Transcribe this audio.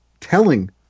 telling